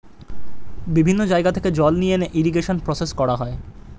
বিভিন্ন জায়গা থেকে জল নিয়ে এনে ইরিগেশন প্রসেস করা হয়